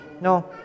No